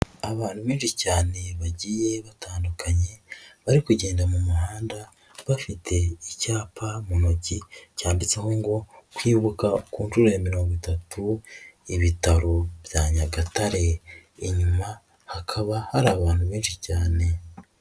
Abantu benshi cyane bagiye batandukanye bari kugenda mu muhanda bafite icyapa mu ntoki cyanditseho ngo kwibuka ku nshuro ya mirongo itatu ibitaro bya Nyagatare. Inyuma hakaba hari abantu benshi cyane.